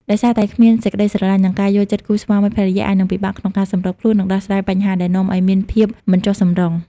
ដោយសារតែគ្មានសេចក្តីស្រលាញ់ និងការយល់ចិត្តគូស្វាមីភរិយាអាចនឹងពិបាកក្នុងការសម្របខ្លួន និងដោះស្រាយបញ្ហា ដែលនាំឱ្យមានភាពមិនចុះសម្រុង។